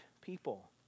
people